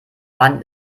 mann